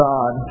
God